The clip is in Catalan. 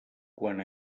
quan